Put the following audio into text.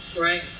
Right